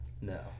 no